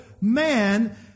man